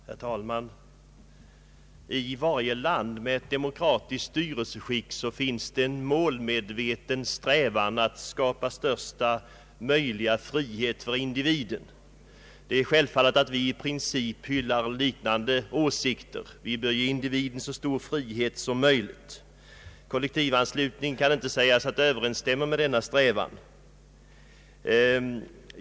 Herr talman! I varje land med demokratiskt styrelseskick finns det en målmedveten strävan att skapa största möjliga frihet för individen, och det är självklart att vi i princip hyllar denna strävan. Vi bör ge individen så stor frihet som möjligt. Kollektivanslutningen kan inte sägas överensstämma med denna strävan.